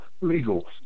legal